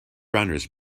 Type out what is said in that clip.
runners